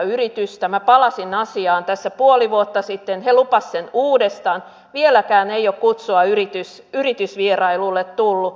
palasin asiaan tässä puoli vuotta sitten he lupasivat sen uudestaan vieläkään ei ole kutsua yritysvierailulle tullut